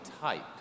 type